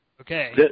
Okay